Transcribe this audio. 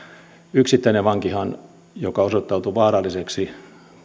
yksittäinen vankihan joka osoittautuu vaaralliseksi